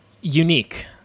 unique